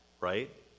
Right